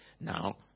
Now